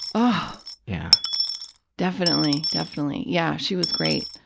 oh, yeah definitely, definitely. yeah, she was great.